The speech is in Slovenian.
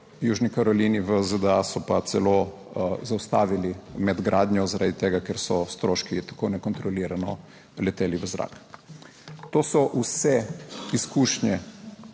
Južni Karolini v ZDA so pa celo zaustavili med gradnjo, zaradi tega, ker so stroški tako nekontrolirano leteli v zrak. To so vse izkušnje,